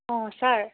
অ' sir